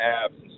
apps